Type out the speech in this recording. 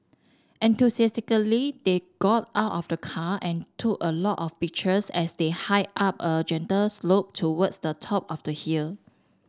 enthusiastically they got out of the car and took a lot of pictures as they hiked up a gentle slope towards the top of the hill